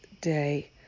day